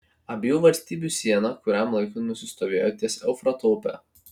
abiejų valstybių siena kuriam laikui nusistovėjo ties eufrato upe